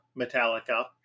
Metallica